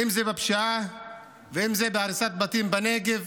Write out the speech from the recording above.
אם זה בפשיעה, אם זה בהריסת בתים בנגב